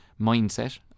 mindset